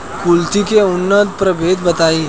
कुलथी के उन्नत प्रभेद बताई?